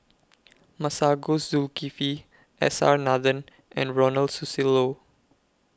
Masagos Zulkifli S R Nathan and Ronald Susilo